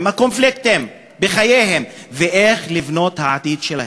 עם הקונפליקטים בחייהם ואיך לבנות את העתיד שלהם.